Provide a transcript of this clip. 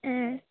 മ്മ്